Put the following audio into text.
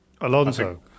Alonso